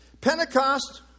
Pentecost